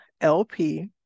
LP